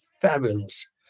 fabulous